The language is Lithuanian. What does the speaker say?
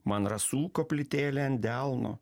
man rasų koplytėlė ant delno